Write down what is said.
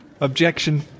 Objection